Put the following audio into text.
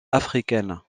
africaine